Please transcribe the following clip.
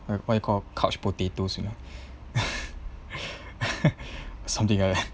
oh what you call couch potatoes you know something like that